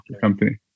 company